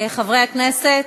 חברי הכנסת,